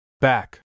back